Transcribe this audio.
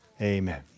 Amen